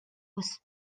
was